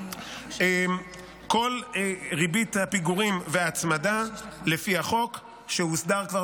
כל ריבית הפיגורים וההצמדה לפי החוק שהוסדר כבר,